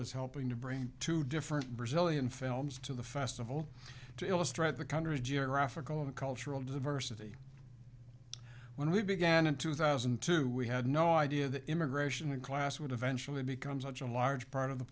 is helping to bring two different brazilian films to the festival to illustrate the country's geographical and cultural diversity when we began in two thousand and two we had no idea that immigration in class would eventually become such a large part of the